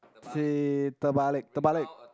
say terbalik terbalik